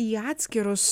į atskirus